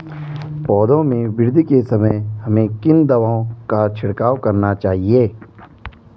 पौधों में वृद्धि के समय हमें किन दावों का छिड़काव करना चाहिए?